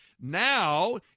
now